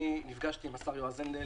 אני נפגשתי עם השר יועז הנדל.